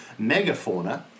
megafauna